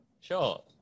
sure